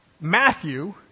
Matthew